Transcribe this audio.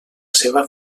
seva